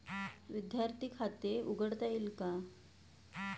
विद्यार्थी खाते उघडता येईल का?